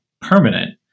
permanent